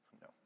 No